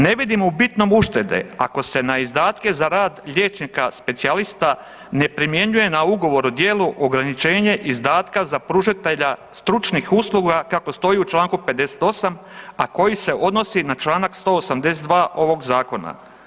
Ne vidimo u bitnom uštede ako se na izdatke za rad liječnika specijalista ne primjenjuje na Ugovor o djelu ograničenje izdatka za pružatelja stručnih usluga kako stoji u čl. 58., a koji se odnosi na čl. 182. ovog zakona.